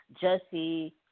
Jesse